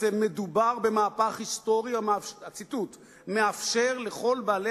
ציטוט: בעצם מדובר במהלך היסטורי המאפשר לכל בעלי